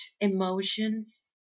emotions